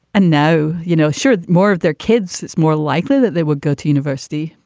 and now, you know, sure. more of their kids. it's more likely that they would go to university,